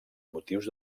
motius